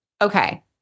Okay